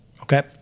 okay